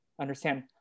understand